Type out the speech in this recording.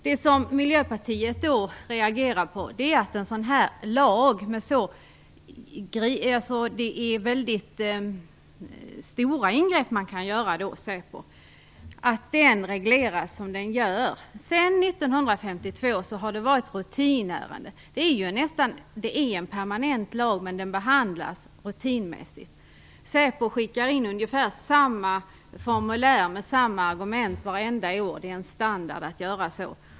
Det som Miljöpartiet reagerar på är att en sådan här lag, som tillåter säpo att göra mycket stora ingrepp, regleras på det sätt som sker. Sedan 1952 har detta varit ett rutinärende. Det är en permanent lag, men den behandlas rutinmässigt. Säpo skickar in ungefär samma formulär med samma argument vartenda år. Det är standard att göra så.